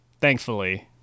thankfully